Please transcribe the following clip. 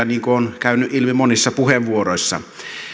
niin kuin on käynyt ilmi monissa puheenvuoroissa